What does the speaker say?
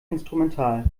instrumental